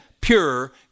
pure